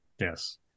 Yes